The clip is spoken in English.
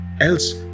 else